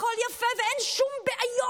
שהכול טוב והכול יפה ואין שום בעיות.